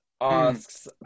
asks